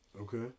Okay